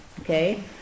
okay